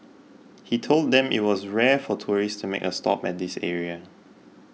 he told them it was rare for tourists to make a stop at this area